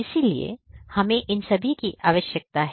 इसलिए हमें इन सभी की आवश्यकता है